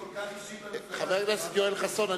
חבר הכנסת יואל חסון,